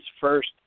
first